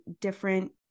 different